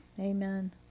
Amen